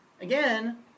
Again